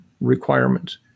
requirements